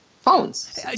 phones